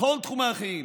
בכל תחומי החיים,